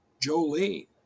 Jolene